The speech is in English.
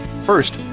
First